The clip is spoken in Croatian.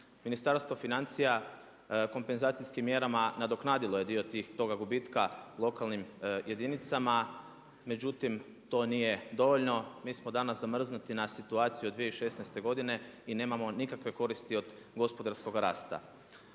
Ministarstvo financija kompenzacijskim mjerama nadoknadilo je dio toga gubitka lokalnim jedinicama, međutim to nije dovoljno. Mi smo danas zamrznuti na situaciju od 2016. godine i nemamo nikakve koristi od gospodarskog rasta.